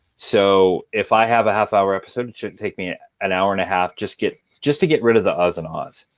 so if i have a half hour episode it shouldn't take me an hour and a half just get just to get rid of the uhs and ahs.